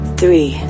three